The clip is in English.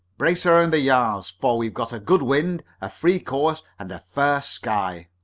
brace around the yards, for we've got a good wind, a free course and a fair sky!